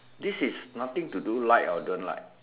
this is nothing to do like or don't like